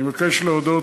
אני מבקש להודות,